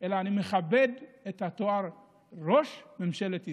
אלא כי אני מכבד את התואר "ראש ממשלת ישראל".